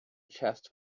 chest